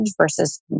versus